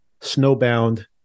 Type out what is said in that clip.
snowbound